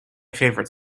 favorite